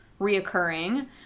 reoccurring